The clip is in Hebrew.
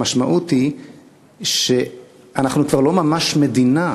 המשמעות היא שאנחנו כבר לא ממש מדינה.